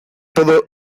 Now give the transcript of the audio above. todo